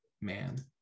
man